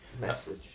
message